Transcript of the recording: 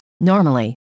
Normally